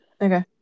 okay